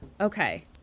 Okay